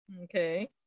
okay